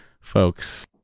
folks